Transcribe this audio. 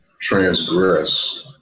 transgress